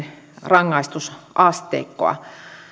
rangaistusasteikkoa